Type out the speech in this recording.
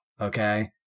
okay